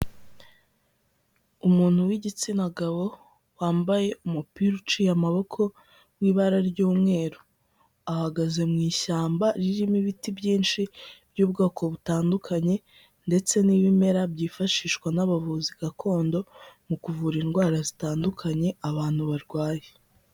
Umuntu w'igitsina gabo wambaye umupira uciye amaboko w'ibara ry'umweru, ahagaze mu ishyamba ririmo ibiti byinshi by'ubwoko butandukanye ndetse n'ibimera byifashishwa n'abavuzi gakondo mu kuvura indwara zitandukanye abantu barwaye.